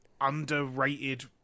underrated